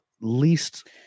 least